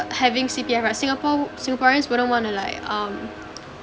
having C_P_F right singapore singaporeans wouldn't want to like um